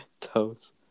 toes